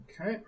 Okay